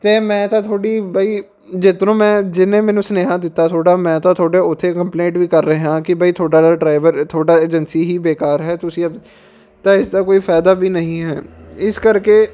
ਅਤੇ ਮੈਂ ਤਾਂ ਤੁਹਾਡੀ ਬਾਈ ਜਿੱਤਰੋ ਮੈਂ ਜਿਸ ਨੇ ਮੈਨੂੰ ਸੁਨੇਹਾ ਦਿੱਤਾ ਤੁਹਾਡਾ ਮੈਂ ਤਾਂ ਤੁਹਾਡੇ ਉੱਥੇ ਕੰਪਲੇਂਟ ਵੀ ਕਰ ਰਿਹਾਂ ਕਿ ਬਾਈ ਤੁਹਾਡਾ ਜਿਹੜਾ ਡਰਾਈਵਰ ਤੁਹਾਡਾ ਏਜੰਸੀ ਹੀ ਬੇਕਾਰ ਹੈ ਤੁਸੀਂ ਤਾਂ ਇਸ ਦਾ ਕੋਈ ਫਾਇਦਾ ਵੀ ਨਹੀਂ ਹੈ ਇਸ ਕਰਕੇ